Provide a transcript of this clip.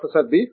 professor B